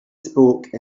spoke